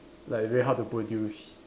like very hard to produce